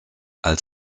als